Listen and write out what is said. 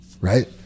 right